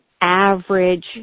average